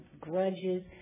grudges